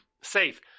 safe